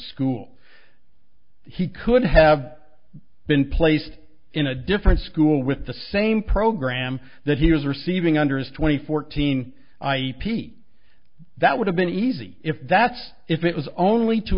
school he could have been placed in a different school with the same program that he was receiving under his twenty fourteen p that would have been easy if that's if it was only to